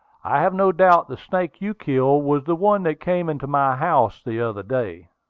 i have no doubt the snake you killed was the one that came into my house the other day.